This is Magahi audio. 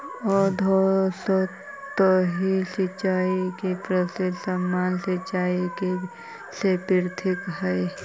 अधोसतही सिंचाई के पद्धति सामान्य सिंचाई से पृथक हइ